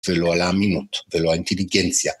ולא על האמינות, ולא האינטליגנציה.